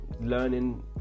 learning